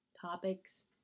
topics